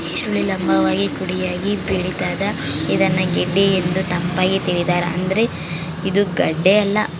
ಈರುಳ್ಳಿ ಲಂಭವಾಗಿ ಕುಡಿಯಾಗಿ ಬೆಳಿತಾದ ಇದನ್ನ ಗೆಡ್ಡೆ ಎಂದು ತಪ್ಪಾಗಿ ತಿಳಿದಾರ ಆದ್ರೆ ಇದು ಗಡ್ಡೆಯಲ್ಲ